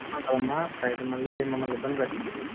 అలా కదమ్మా ఫ్రైడే మళ్ళీ మమ్మల్ని ఇబ్బంది పెట్టకండి